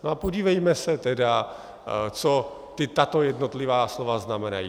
A podívejme se tedy, co tato jednotlivá slova znamenají.